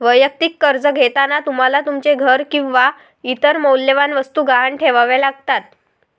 वैयक्तिक कर्ज घेताना तुम्हाला तुमचे घर किंवा इतर मौल्यवान वस्तू गहाण ठेवाव्या लागतात